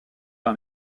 par